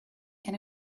and